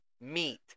meat